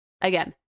again